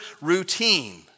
routine